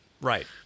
right